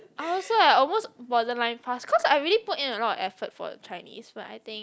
I also I almost borderline pass cause I really put in a lot of effort for the Chinese for I think